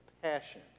passion